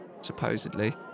Supposedly